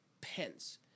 Pence